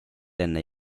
enne